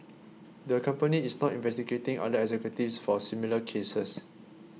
the company is not investigating other executives for similar cases